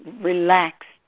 relaxed